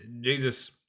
jesus